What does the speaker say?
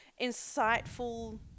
insightful